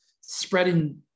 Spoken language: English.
spreading